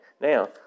now